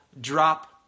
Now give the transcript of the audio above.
drop